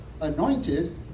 anointed